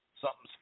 something's